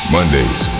Mondays